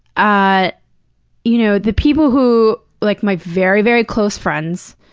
ah you know the people who like, my very, very close friends,